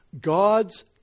God's